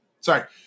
sorry